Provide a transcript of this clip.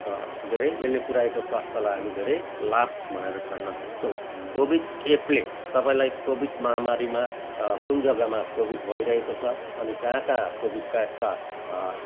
धेरै यसले पुर्याएको स्वास्थ्यलाई हामी धेरै लाभ भनेर ठान्नसक्छौँ कोविड एपले तपाईँलाई कोविड महामारीमा कुन जग्गामा कोविड भइरहेको छ अनि कहाँ कहाँ कोविडका यस्ता